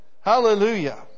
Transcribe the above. Hallelujah